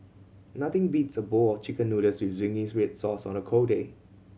nothing beats a bowl of Chicken Noodles with zingy red sauce on a cold day